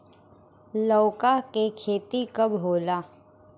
लौका के खेती कब होला?